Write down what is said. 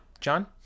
John